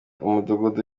umudugudu